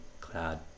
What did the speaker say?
cloud